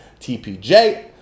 TPJ